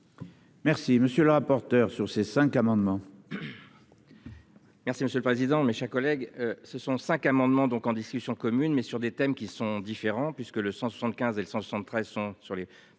Merci monsieur le rapporteur. Sur ces cinq amendements.